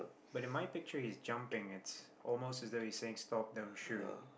but in my picture is jumping it's almost in every six stop that would sure